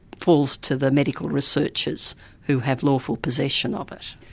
falls to the medical researchers who have lawful possession of it.